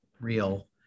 real